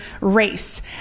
race